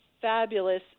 fabulous